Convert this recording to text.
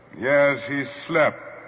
yes, he slept